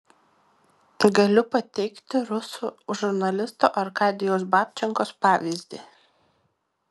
galiu pateikti rusų žurnalisto arkadijaus babčenkos pavyzdį